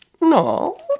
no